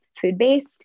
food-based